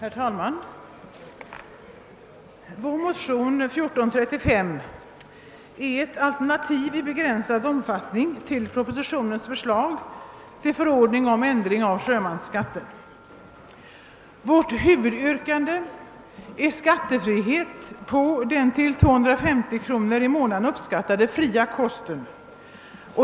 Herr talman! Vår motion II: 1435 är ett alternativ i begränsad omfattning till propositionens förslag till förordning om ändring av sjömansskatten. Vårt huvudyrkande är skattefrihet på den till 250 kr. i månaden uppskattade fria kosten.